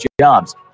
jobs